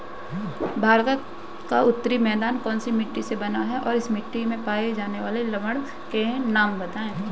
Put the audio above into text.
भारत का उत्तरी मैदान कौनसी मिट्टी से बना है और इस मिट्टी में पाए जाने वाले लवण के नाम बताइए?